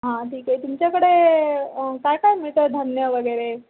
हां ठीक आहे तुमच्याकडे काय काय मिळतं धान्य वगैरे